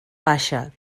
baixa